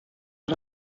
les